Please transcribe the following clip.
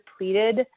depleted